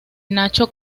nacho